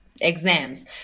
exams